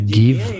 give